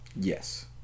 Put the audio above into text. Yes